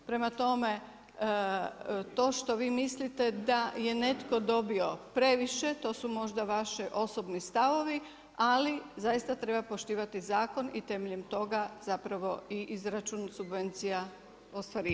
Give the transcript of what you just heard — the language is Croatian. Prema tome, to što vi mislite da je netko dobio previše, to su možda vaši osobni stavovi, ali zaista treba poštivati zakon i temeljem toga zapravo i izračun od subvencija ostvarivati.